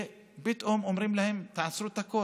ופתאום אומרים להם: תעצרו את הכול.